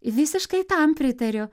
visiškai tam pritariu